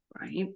right